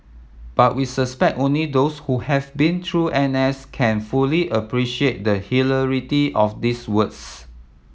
but we suspect only those who have been through N S can fully appreciate the hilarity of these words